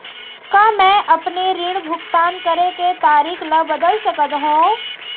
का मैं अपने ऋण भुगतान करे के तारीक ल बदल सकत हो?